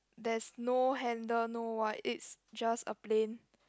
there's no handle no white it's just a plain